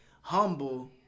Humble